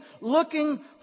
looking